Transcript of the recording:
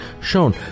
shown